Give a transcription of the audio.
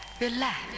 Relax